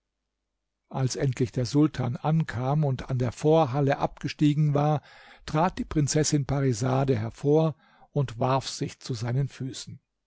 als endlich der sultan ankam und an der vorhalle abgestiegen war trat die prinzessin parisade hervor und warf sich zu seinen füßen